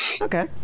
Okay